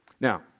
Now